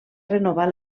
renovar